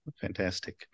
Fantastic